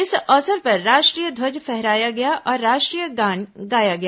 इस अवसर पर राष्ट्रीय ध्वज फहराया गया और राष्ट्रीय गान गाया गया